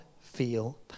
feel